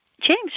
James